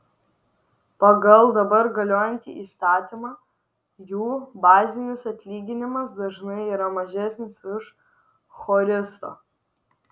pagal dabar galiojantį įstatymą jų bazinis atlyginimas dažnai yra mažesnis už choristo